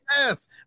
Yes